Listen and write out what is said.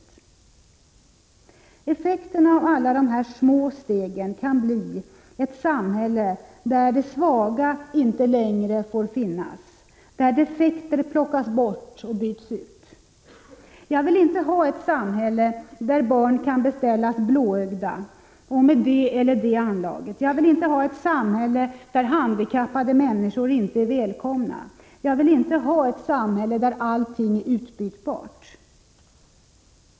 rn a a AI SG Effekterna av alla dessa små steg kan bli ett samhälle där det svaga inte längre får finnas, där defekter plockas bort eller defekta delar byts ut. Jag vill inte ha ett samhälle där barn kan beställas blåögda och med det eller det anlaget. Jag vill inte ha ett samhälle där handikappade människor inte är välkomna. Jag vill inte ha ett samhälle där allt är utbytbart.